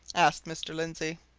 asked mr. lindsey.